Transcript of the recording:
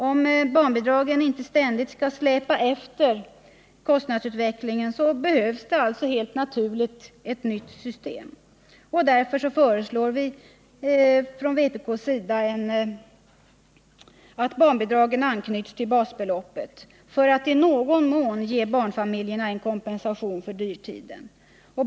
Om barnbidragen inte ständigt skall släpa efter kostnadsutvecklingen behövs det helt naturligt ett nytt system. Därför föreslår vpk på nytt att barnbidragen anknyts till basbeloppet för att i någon mån ge barnfamiljerna en kompensation för dyrtiden.